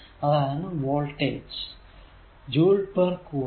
അതാണ് voltage joule per കുളം